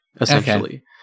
essentially